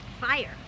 Fire